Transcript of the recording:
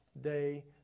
day